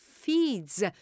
feeds